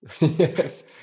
yes